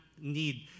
need